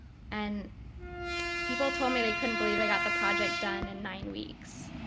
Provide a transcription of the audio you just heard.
and people told me they couldn't believe i got the project done in nine weeks,